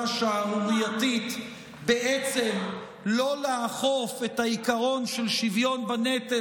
השערורייתית שלא לאכוף בעצם את העיקרון של שוויון בנטל,